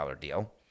deal